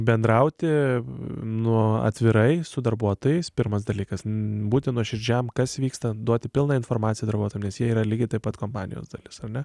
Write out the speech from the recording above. bendrauti nu atvirai su darbuotojais pirmas dalykas būti nuoširdžiam kas vyksta duoti pilną informaciją darbuotojam nes jie yra lygiai taip pat kompanijos dalis ar ne